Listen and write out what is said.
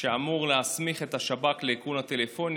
שאמור להסמיך את השב"כ לאיכון הטלפונים,